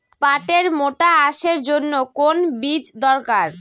পাটের মোটা আঁশের জন্য কোন বীজ দরকার?